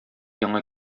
яңа